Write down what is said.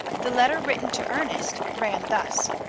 the letter written to ernest ran thus